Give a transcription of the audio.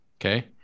okay